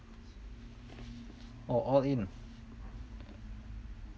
orh all in